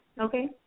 Okay